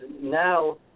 now